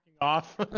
off